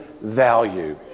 value